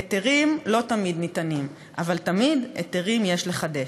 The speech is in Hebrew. היתרים לא תמיד ניתנים, אבל תמיד, היתרים יש לחדש.